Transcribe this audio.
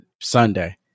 Sunday